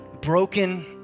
broken